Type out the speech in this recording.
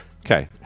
okay